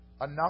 Enough